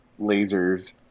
lasers